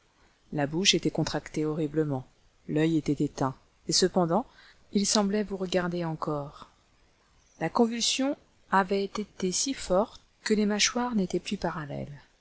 la bouche était contractée horriblement l'oeil était éteint et cependant il semblait vous regarder encore la convulsion avait été si forte que les mâchoires n'étaient plus parallèles